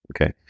Okay